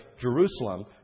Jerusalem